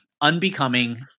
unbecoming